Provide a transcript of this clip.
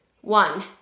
One